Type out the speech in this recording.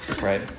right